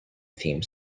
theme